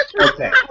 Okay